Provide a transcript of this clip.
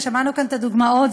ושמענו כאן את הדוגמאות,